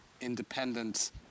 independent